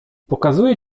pokazuję